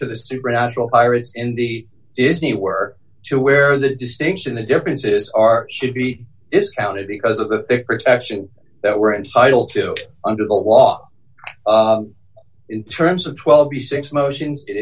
to the supernatural pirates in the disney work to where the distinction the differences are should be discounted because of the protection that we're entitled to under the law in terms of twelve